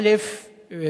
א.